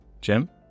Jim